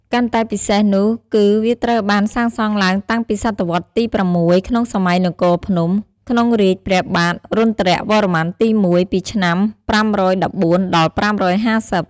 កាន់តែពិសេស នោះ គឺវាត្រូវបានសាងសង់ឡើងតាំងពីសតវត្សរ៍ទី៦ ក្នុងសម័យនគរភ្នំ ក្នុងរាជ្យព្រះបាទរុទ្រវរ្ម័នទី ១ ពី ឆ្នាំ ៥១៤-៥៥០។